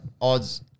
odds